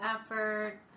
effort